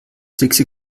dixi